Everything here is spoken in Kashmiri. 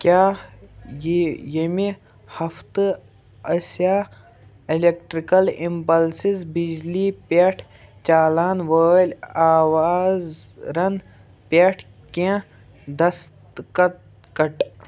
کیٛاہ یہِ ییٚمہِ ہفتہٕ آسیٛا الٮ۪کٹٕرٛکل اِمپلسِز بِجلی پٮ۪ٹھ چالان وٲلۍ آوازرن پٮ۪ٹھ کیٚنٛہہ دستٕکت کٹ